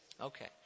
okay